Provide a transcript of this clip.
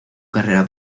carrera